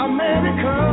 America